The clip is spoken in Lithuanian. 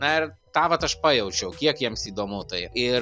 na ir tą vat aš pajaučiau kiek jiems įdomu tai ir